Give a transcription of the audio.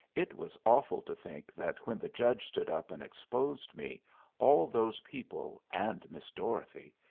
it was awful to think that when the judge stood up and exposed me all those people, and miss dorothy,